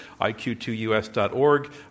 iq2us.org